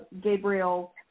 Gabriel